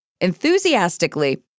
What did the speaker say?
enthusiastically